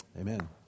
Amen